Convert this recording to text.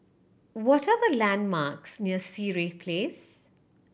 what are the landmarks near Sireh Place